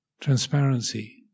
transparency